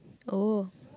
oh